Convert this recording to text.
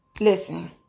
listen